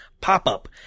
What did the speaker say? pop-up